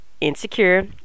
Insecure